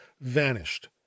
vanished